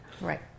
Right